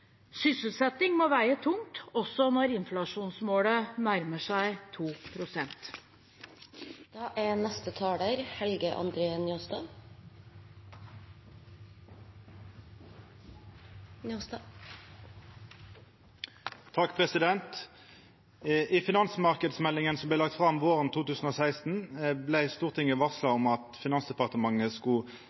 Sysselsetting må veie tungt også når inflasjonsmålet nærmer seg 2 pst. I finansmarknadsmeldinga som vart lagd fram våren 2016, vart Stortinget varsla om at Finansdepartementet skulle